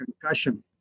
concussion